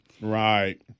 Right